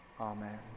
Amen